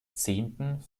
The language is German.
zehnten